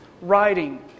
writing